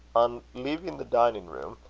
on leaving the dining-room,